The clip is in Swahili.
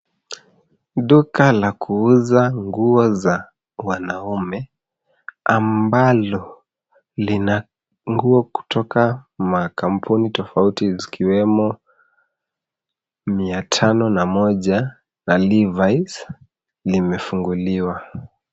Duka la kuuza nguo za wanaume ambalo lina nguo kutoka makampuni tofauti zikiwemo mia tano na moja na livais limefunguliwa.